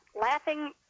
laughing